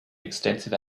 extensive